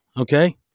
okay